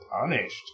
punished